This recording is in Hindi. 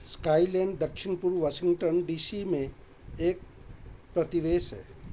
स्काईलैंड दक्षिण पूर्व वाशिंगटन डी सी में एक प्रतिवेश है